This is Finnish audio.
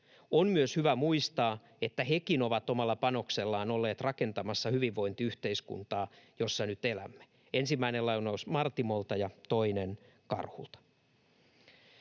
On myös hyvä muistaa, että hekin ovat omalla panoksellaan olleet rakentamassa hyvinvointiyhteiskuntaa, jossa nyt elämme.” Ensimmäinen lainaus Martimolta ja toinen Karhulta.